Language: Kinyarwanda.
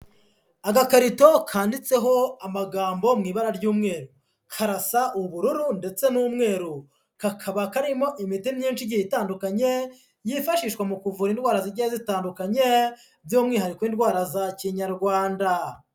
Agakarito kanditseho amagambo mu ibara ry'umweru, karasa ubururu ndetse n'umweru, kakaba karimo imiti myinshi igihe itandukanye, yifashishwa mu kuvura indwara zigiye zitandukanye, by'umwihariko indwara za kinyarwanda.